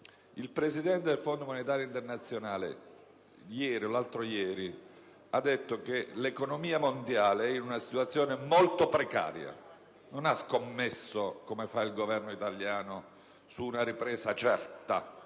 Il presidente del Fondo monetario internazionale ha recentemente dichiarato che l'economia mondiale è in una situazione molto precaria, quindi non ha scommesso, come fa il Governo italiano, su una ripresa certa,